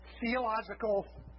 theological